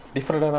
Different